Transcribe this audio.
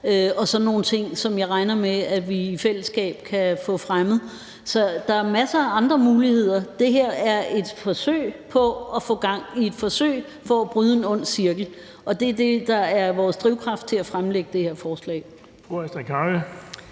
og sådan nogle ting, som jeg regner med at vi i fællesskab kan få fremmet. Så der er masser af andre muligheder. Det her er et forsøg på at få gang i et forsøg for at bryde en ond cirkel, og det er det, der har været vores drivkraft bag at fremsætte det her forslag.